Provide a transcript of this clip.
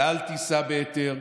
עלה על טיסה בהיתר,